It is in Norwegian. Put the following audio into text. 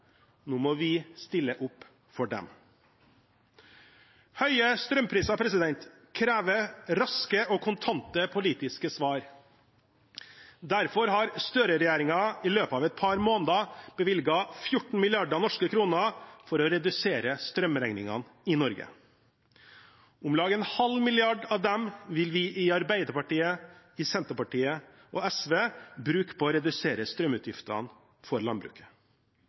Nå må vi stille opp for dem. Høye strømpriser krever raske og kontante politiske svar. Derfor har Støre-regjeringen i løpet av et par måneder bevilget 14 mrd. norske kroner for å redusere strømregningene i Norge. Om lag en halv milliard av dem vil vi i Arbeiderpartiet, Senterpartiet og SV bruke på å redusere strømutgiftene for landbruket.